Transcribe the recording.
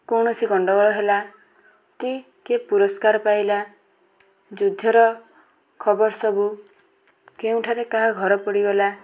କୌଣସି ଗଣ୍ଡଗୋଳ ହେଲା କି କିଏ ପୁରସ୍କାର ପାଇଲା ଯୁଦ୍ଧର ଖବର ସବୁ କେଉଁଠାରେ କାହା ଘର ପୋଡ଼ିଗଲା